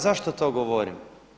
Zašto to govorim?